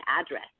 address